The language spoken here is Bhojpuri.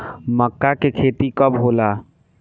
मक्का के खेती कब होला?